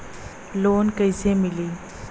Loan कइसे मिलि?